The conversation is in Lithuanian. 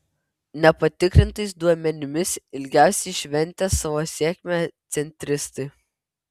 nepatikrintais duomenimis ilgiausiai šventė savo sėkmę centristai